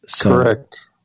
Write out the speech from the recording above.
Correct